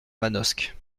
manosque